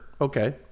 okay